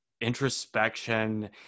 introspection